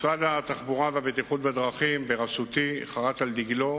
משרד התחבורה והבטיחות בדרכים בראשותי חרת על דגלו